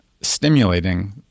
stimulating